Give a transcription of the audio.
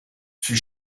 fut